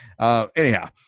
Anyhow